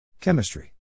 chemistry